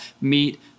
meet